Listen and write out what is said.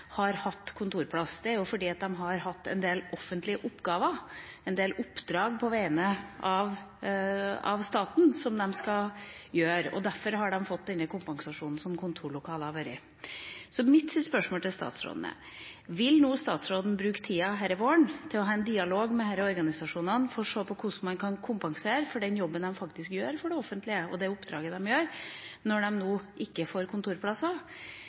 har hatt kontorplass der. Det er fordi de har hatt en del offentlige oppgaver, en del oppdrag på vegne av staten som de skal gjøre. Derfor har de fått denne kompensasjonen som kontorlokalene har vært. Mitt spørsmål til statsråden er: Vil nå statsråden bruke tida denne våren til å ha en dialog med disse organisasjonene for å se på hvordan man kan kompensere for den jobben de faktisk gjør for det offentlige, og det oppdraget de gjør, når de nå ikke får kontorplasser?